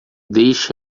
deixe